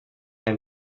and